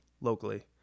locally